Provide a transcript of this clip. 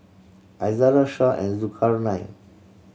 Izara Syah and Zulkarnain